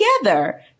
together